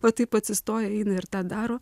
o taip atsistoja eina ir tą daro